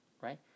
right